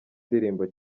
ndirimbo